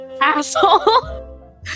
Asshole